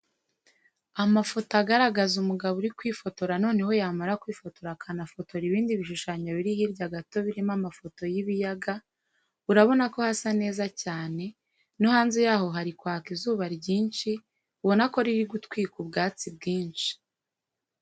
Amafoto ayaragaza umugabo uri kwifotora noneho yamara kwifotora akanafotora ibindi bishushanyo biri hirya gato birimo amafoto y'ibiyaga urabona ko hasa neza cyane, no hanze yaho hari kwaka izuba ryinshi ubona ko riri gutwika ubwatsi bwinshi.